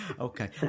Okay